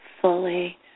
fully